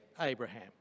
Abraham